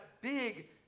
big